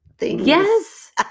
Yes